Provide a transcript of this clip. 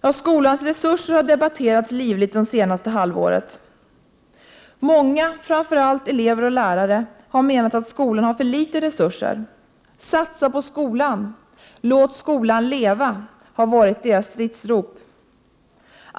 Ja, skolans resurser har debatterats livligt det senaste halvåret. Många, framför allt elever och lärare, har menat att skolan har för litet resurser. ”Satsa på skolan” och ”Låt skolan leva” har varit deras stridsrop.